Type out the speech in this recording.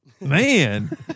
man